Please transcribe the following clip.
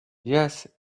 yes